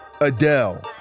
Adele